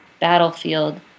battlefield